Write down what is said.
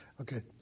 Okay